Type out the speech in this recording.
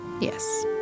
Yes